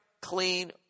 clean